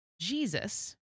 Jesus